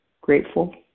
Grateful